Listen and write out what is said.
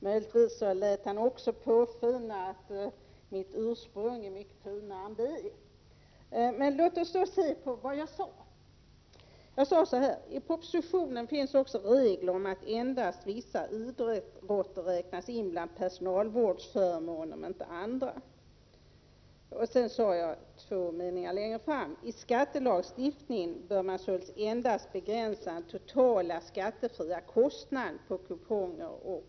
Möjligtvis lät han också påskina att mitt ursprung var mycket finare än det är. Låt oss då se på vad jag sade. Jag sade så här: I propositionen finns också regeln att endast vissa idrotter skall räknas in bland personalvårdsförmåner men inte andra. Vidare sade jag att man i skattelagstiftningen således endast bör begränsa den totala skattefria utgiften för kuponger.